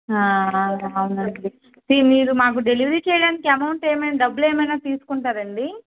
అవునండి ఇది మీరు మాకు డెలివరీ చేయడానికి అమౌంట్ ఏమైనా డబ్బులు ఏమైనా తీసుకుంటారండి